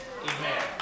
Amen